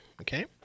okay